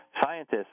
scientists